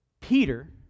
Peter